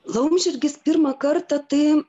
laumžirgis pirmą kartą tai